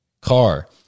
car